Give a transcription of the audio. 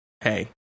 hey